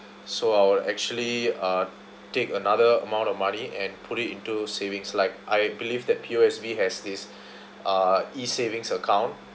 so I will actually uh take another amount of money and put it into savings like I believe that P_O_S_B has this uh E savings account